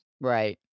right